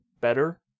better